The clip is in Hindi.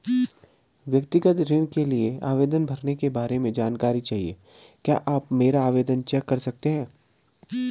व्यक्तिगत ऋण के लिए आवेदन भरने के बारे में जानकारी चाहिए क्या आप मेरा आवेदन चेक कर सकते हैं?